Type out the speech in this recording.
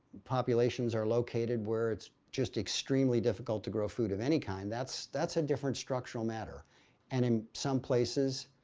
populations are located, where it's just extremely difficult to grow food of any kind. that's that's a different structural matter and in some places,